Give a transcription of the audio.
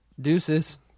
Deuces